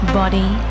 body